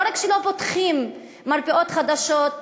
לא רק שלא פותחים מרפאות חדשות,